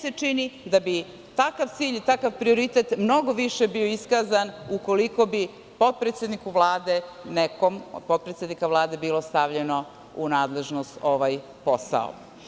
Meni se čini da bi takav cilj i takav prioritet mnogo više bio iskazan ukoliko bi potpredsedniku Vlade, nekom od potpredsednika, bio stavljen u nadležnost ovaj posao.